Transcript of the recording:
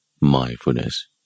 mindfulness